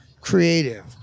Creative